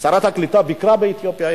שרת הקליטה ביקרה באתיופיה,